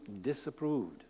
disapproved